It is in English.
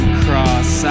cross